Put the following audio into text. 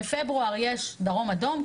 בפברואר יש דרום אדום,